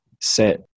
set